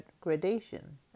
gradation